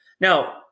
Now